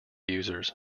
users